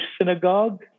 synagogue